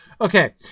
Okay